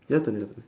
your turn your turn